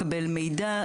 לקבל מידע,